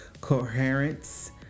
coherence